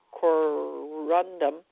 corundum